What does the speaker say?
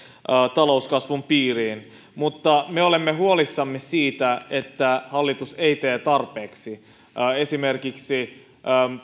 talouskasvun piiriin mutta me olemme huolissamme siitä että hallitus ei tee tarpeeksi esimerkiksi